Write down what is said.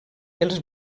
els